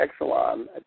Exelon